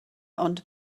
ond